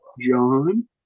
John